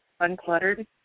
uncluttered